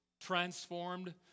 transformed